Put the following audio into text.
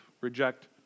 reject